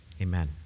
Amen